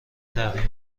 تحریم